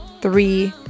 three